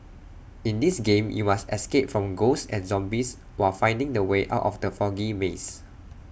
in this game you must escape from ghosts and zombies while finding the way out of the foggy maze